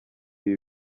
ibi